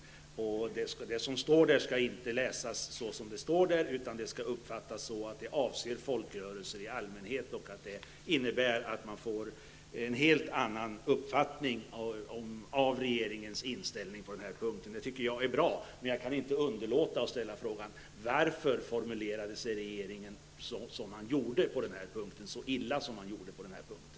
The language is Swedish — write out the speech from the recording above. Det som står i regeringsförklaringen skall inte tolkas bokstavligt utan det skall uppfattas som att det avser folkrörelser i allmänhet. Man får då en helt annan uppfattning om regeringens inställning på den här punkten. Det är bra, men jag kan inte underlåta att ställa frågan: Varför formulerade regeringen sig så illa på det här punkten?